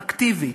אקטיבית,